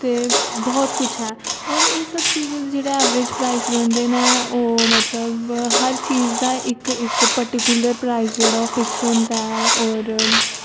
ते बहुत कुछ ऐ होर एह् सब चीजां दी जेह्ड़ी एवरेज प्राइज रौंहदे न ओह् मतलब हर चीज दा इक इक प्रटीकुलर प्राइज जेह्ड़ा ऐ ओह् फिक्स होंदा ऐ होर